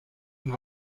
und